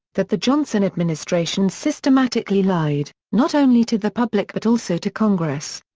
that the johnson administration systematically lied, not only to the public but also to congress.